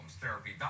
Therapy